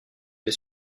des